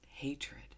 Hatred